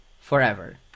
forever